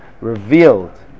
revealed